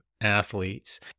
athletes